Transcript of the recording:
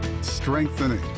strengthening